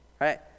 Right